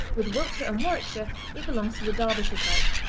with wiltshire and warwickshire it belongs to the derbyshire type.